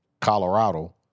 Colorado